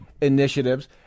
Initiatives